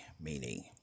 meaning